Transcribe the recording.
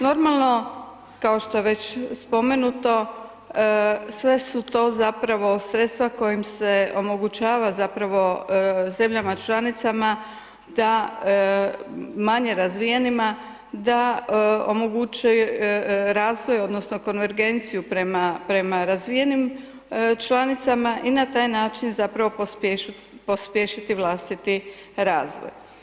Normalno kao što je već spomenuto sve su to zapravo sredstva kojim se omogućava zapravo zemljama članicama, manje razvijenima, da omoguće razvoj odnosno konvergenciju prema, prema razvijenim članicama i na taj način zapravo pospješiti vlastiti razvoj.